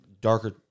darker